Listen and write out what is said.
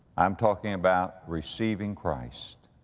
i'm talking about receiving christ.